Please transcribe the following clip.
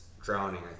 drowning